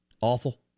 awful